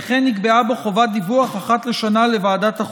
וכן נקבעה בו חובת דיווח אחת לשנה לוועדה.